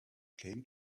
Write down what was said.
came